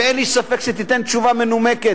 ואין לי ספק שתיתן תשובה מנומקת,